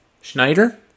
Schneider